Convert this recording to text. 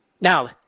Now